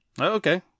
Okay